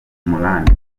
umunani